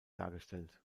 dargestellt